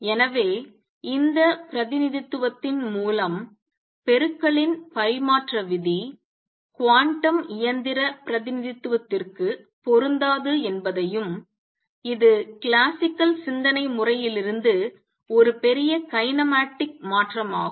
எனவே இந்தப் பிரதிநிதித்துவத்தின் மூலம் பெருக்கலின் பரிமாற்ற விதி குவாண்டம் இயந்திரபிரதிநிதித்துவத்திற்கு பொருந்தாது என்பதையும் இது கிளாசிக்கல்பாரம்பரிய சிந்தனை முறையிலிருந்து ஒரு பெரிய கைனமாட்டிக் மாற்றமாகும்